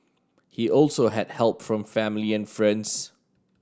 he also had help from family and friends